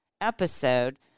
episode